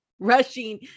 rushing